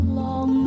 long